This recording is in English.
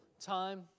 time